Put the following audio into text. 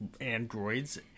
androids